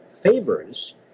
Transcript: favors